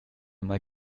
mal